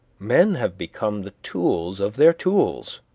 men have become the tools of their tools.